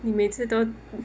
你每次都